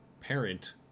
parent